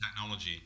technology